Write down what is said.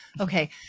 Okay